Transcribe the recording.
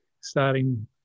starting